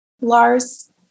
Lars